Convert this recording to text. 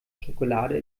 schokolade